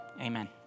amen